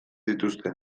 dituzte